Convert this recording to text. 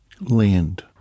land